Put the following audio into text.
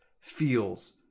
feels